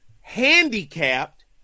Handicapped